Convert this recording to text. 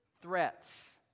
threats